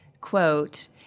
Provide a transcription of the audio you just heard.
quote